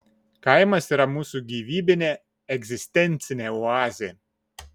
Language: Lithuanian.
kaimas yra mūsų gyvybinė egzistencinė oazė